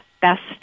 best